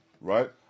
Right